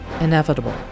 inevitable